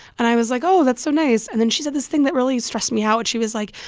and i was like, oh, that's so nice. and then she said this thing that really stressed me out. she was like,